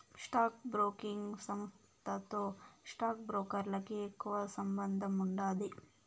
stock broking సంస్థతో stock బ్రోకర్లకి ఎక్కువ సంబందముండాది